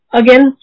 again